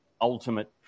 ultimate